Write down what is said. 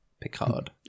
Picard